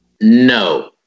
No